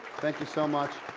thank you so much.